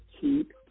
keep